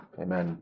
Amen